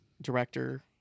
director